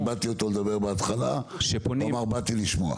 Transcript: כיבדתי אותו לדבר בהתחלה, והוא אמר: באתי לשמוע.